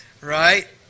Right